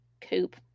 coop